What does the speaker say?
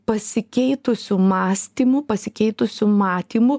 pasikeitusiu mąstymu pasikeitusiu matymu